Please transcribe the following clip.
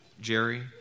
Jerry